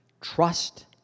trust